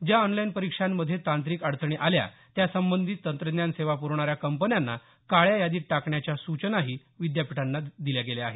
ज्या ऑनलाईन परीक्षांमध्ये तांत्रिक अडचणी आल्या त्या संबंधित तंत्रज्ञान सेवा प्रवणाऱ्या कंपन्यांना काळ्या यादीत टाकण्याच्या सूचना विद्यापीठाना केल्या आहेत